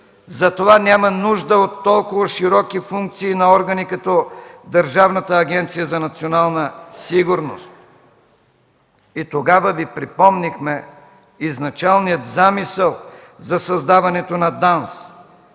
Затова няма нужда от толкова широки функции на органи като Държавната агенция „Национална сигурност”. Тогава Ви припомнихме изначалния замисъл за създаването на